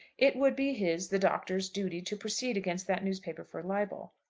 it would be his, the doctor's, duty to proceed against that newspaper for libel.